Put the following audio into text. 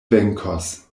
venkos